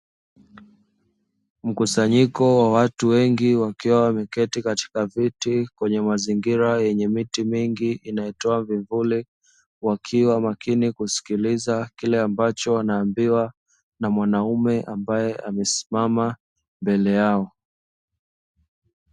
Mkusanyiko wa watu wengi wakiwa wameketi katika viti kwenye mazingira yenye miti mingi inayotoa vivuli, wakiwa makini kusikiliza kile ambacho wanaambiwa na mwanaume ambaye amesimama mbele yao.